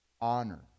Honor